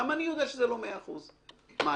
גם אני יודע שזה לא מאה אחוז; מה,